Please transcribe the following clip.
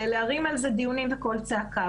להרים על זה דיונים וקול צעקה.